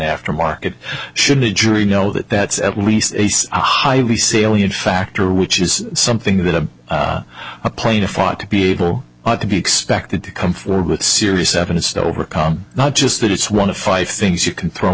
after market should the jury know that that's at least a highly salient factor which is something that a plaintiff ought to be able to be expected to come forward with serious evidence that overcome not just that it's one of five things you can throw